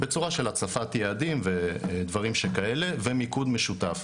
בצורה של הצבת יעדים ודברים שכאלה ומיקוד משותף.